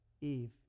Eve